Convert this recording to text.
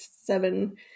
seven